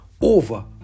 over